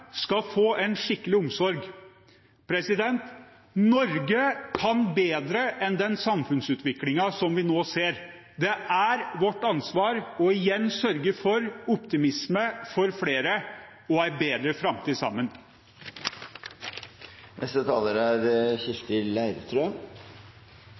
skal få en skikkelig omsorg. Norge kan bedre enn den samfunnsutviklingen vi nå ser. Det er vårt ansvar å igjen sørge for optimisme for flere og en bedre framtid sammen. Digitalisering har blitt nevnt flere ganger i debatten, og det er